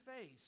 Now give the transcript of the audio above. face